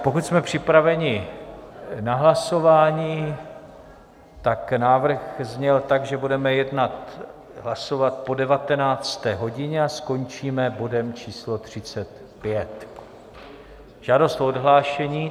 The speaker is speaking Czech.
Pokud jsme připraveni na hlasování, tak návrh zněl tak, že budeme jednat a hlasovat po 19. hodině a skončíme bodem číslo 35. Žádost o odhlášení.